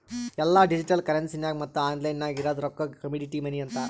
ಎಲ್ಲಾ ಡಿಜಿಟಲ್ ಕರೆನ್ಸಿಗ ಮತ್ತ ಆನ್ಲೈನ್ ನಾಗ್ ಇರದ್ ರೊಕ್ಕಾಗ ಕಮಾಡಿಟಿ ಮನಿ ಅಂತಾರ್